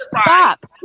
Stop